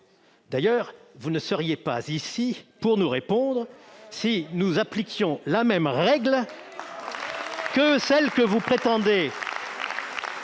D'ailleurs, vous ne seriez pas ici pour nous répondre si nous appliquions la même règle que celle que vous prétendez